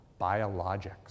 biologics